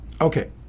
Okay